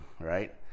right